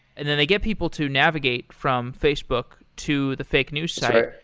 and then they get people to navigate from facebook to the fake news site.